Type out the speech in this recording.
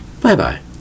Bye-bye